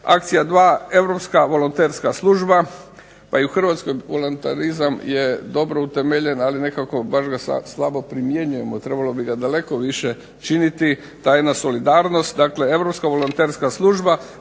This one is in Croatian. Akcija 2. Europska volonterska služba, pa i u Hrvatskoj volontarizam je dobro utemeljen, ali nekako baš ga slabo primjenjujemo, trebalo bi ga daleko više činiti tajna solidarnost, dakle Europska volonterska služba,